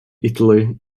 italy